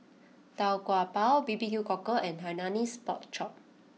Tau Kwa Pau Bbq Cockle and Hainanese Pork Chop